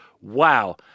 wow